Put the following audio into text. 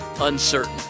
uncertain